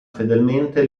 fedelmente